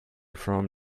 from